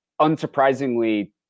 unsurprisingly